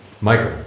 Michael